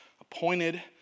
appointed